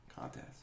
Contest